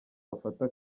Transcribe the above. bafata